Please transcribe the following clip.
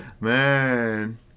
Man